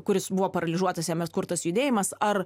kuris buvo paralyžiuotas jame atkurtas judėjimas ar